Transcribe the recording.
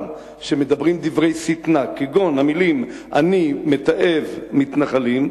ומדברים דברי שטנה כגון המלים "אני מתעב מתנחלים",